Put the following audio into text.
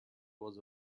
was